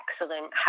excellent